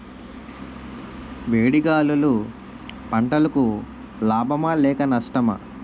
వేడి గాలులు పంటలకు లాభమా లేక నష్టమా?